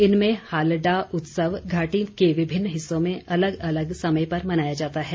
इनमें हालडा उत्सव घाटी के विभिन्न हिस्सों में अलग अलग समय पर मनाया जाता है